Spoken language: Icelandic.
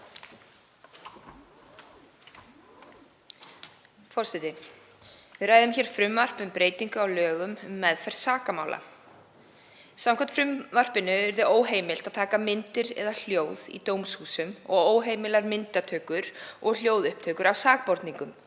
Forseti. Við ræðum hér frumvarp um breytingu á lögum um meðferð sakamála. Samkvæmt frumvarpinu yrði óheimilt að taka myndir eða taka upp hljóð í dómshúsum og óheimilar myndatökur og hljóðupptökur af sakborningum,